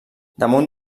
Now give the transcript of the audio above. damunt